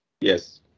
Yes